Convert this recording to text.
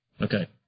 Okay